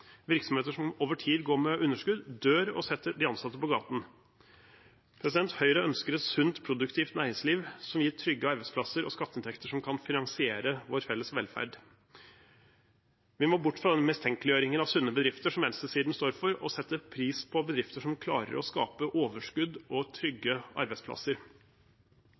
Virksomheter som over tid går med underskudd, dør og setter de ansatte på gaten. Høyre ønsker et sunt, produktivt næringsliv som gir trygge arbeidsplasser og skatteinntekter som kan finansiere vår felles velferd. Vi må bort fra den mistenkeliggjøringen av sunne bedrifter som venstresiden står for, og sette pris på bedrifter som klarer å skape overskudd og trygge arbeidsplasser.